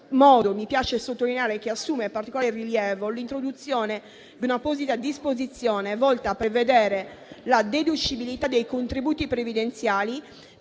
mi piace sottolineare che assume particolare rilievo l'introduzione di una apposita disposizione volta a prevedere la deducibilità dei contributi previdenziali